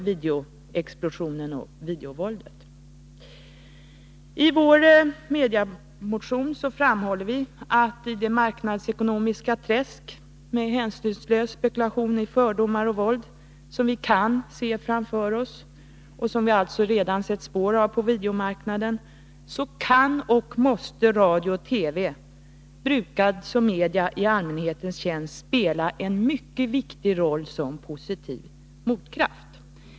Vi framhåller i vår mediemotion, att i det marknadsekonomiska träsk med hänsynslös spekulation i fördomar och våld som vi kan se framför oss och som vi redan har på videomarknaden, kan och måste radio och TV, brukade som media i allmänhetens tjänst, spela en viktig roll som positiv motkraft.